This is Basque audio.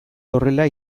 horrela